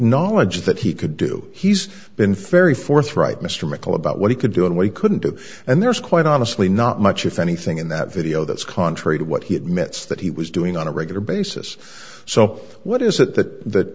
knowledge that he could do he's been fairly forthright mr michael about what he could do and what he couldn't do and there's quite honestly not much if anything in that video that's contrary to what he admits that he was doing on a regular basis so what is it that